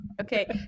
okay